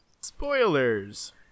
Spoilers